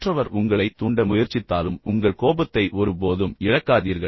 மற்றவர் உங்களைத் தூண்ட முயற்சித்தாலும் உங்கள் கோபத்தை ஒருபோதும் இழக்காதீர்கள்